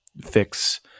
fix